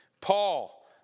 Paul